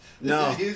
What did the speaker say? No